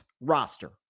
roster